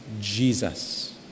Jesus